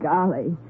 Golly